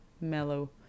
mellow